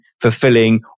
fulfilling